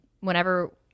whenever